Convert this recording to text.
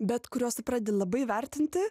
bet kuriuos tu pradedi labai vertinti